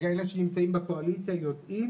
ואלה שנמצאים בקואליציה יודעים